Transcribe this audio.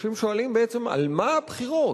אנשים שואלים: בעצם על מה הבחירות?